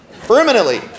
Permanently